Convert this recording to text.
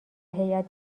هیات